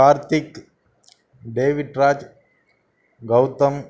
Karthik David Raj Gautham